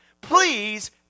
Please